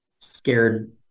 scared